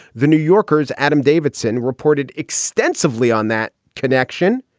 the new yorker's adam davidson reported extensively on that connection,